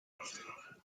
barcelona